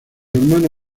hermana